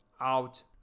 out